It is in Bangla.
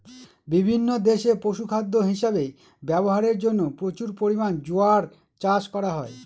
বিভিন্ন দেশে পশুখাদ্য হিসাবে ব্যবহারের জন্য প্রচুর পরিমাণে জোয়ার চাষ করা হয়